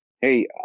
hey